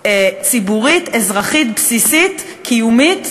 ציבורית אזרחית בסיסית, קיומית.